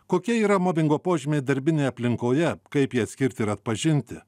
kokie yra mobingo požymiai darbinėj aplinkoje kaip jį atskirti ir atpažinti